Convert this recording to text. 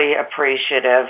appreciative